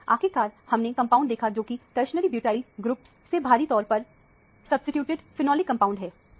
आखिरकार हमने कंपाउंड देखा जोकि टरसरी ब्यूटाइल ग्रुप से भारी तौर पर सब्सीट्यूटेड फेनोलिक कंपाउंड है